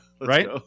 Right